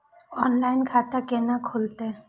Online खाता केना खुलते?